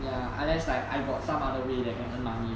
ya unless like I got some other way that can earn money